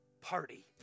party